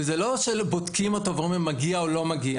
וזה לא שבודקים אותו ואומרים מגיע או לא מגיע,